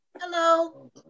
Hello